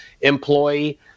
employee